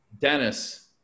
Dennis